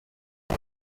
die